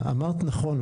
ואמרת נכון,